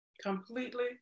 Completely